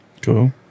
cool